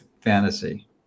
fantasy